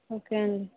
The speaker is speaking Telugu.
ఓకే అండి